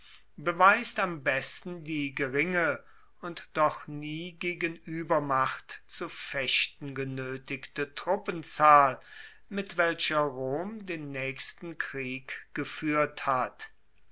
beweist am besten die geringe und doch nie gegen uebermacht zu fechten genoetigte truppenzahl mit welcher rom den naechsten krieg gefuehrt hat